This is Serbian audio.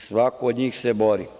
Svako od njih se bori.